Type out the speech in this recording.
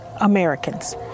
Americans